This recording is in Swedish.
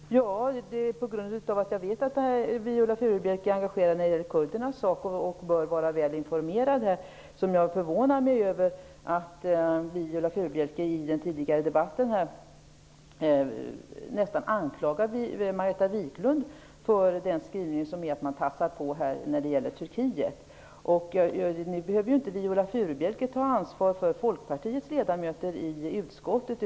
Herr talman! Det är på grund av att jag vet att Viola Furubjelke är engagerad när det gäller kurdernas sak och bör vara väl informerad som jag förvånar mig över att hon i den tidigare debatten nästan anklagade Margareta Viklund för den skrivning som innebär att man tassar på när det gäller Viola Furubjelke behöver inte ta ansvar för Folkpartiets ledamöter i utskottet.